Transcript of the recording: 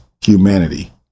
humanity